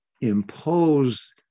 impose